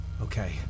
Okay